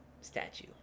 statue